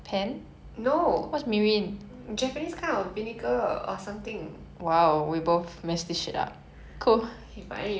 but anyways ya lah so 寿司 what flavours would you like to try